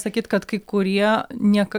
sakyt kad kai kurie niek